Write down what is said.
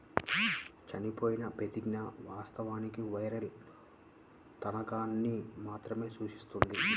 చనిపోయిన ప్రతిజ్ఞ, వాస్తవానికి వెల్ష్ తనఖాని మాత్రమే సూచిస్తుంది